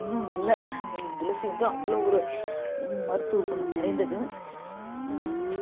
இன்னும் இல்லை துளசி வந்து அவ்வளோ ஒரு மருத்துவ குணம் நிறைந்தது